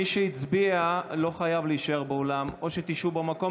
מי שהצביע לא חייב להישאר באולם, או שתשבו במקום.